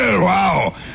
Wow